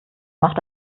macht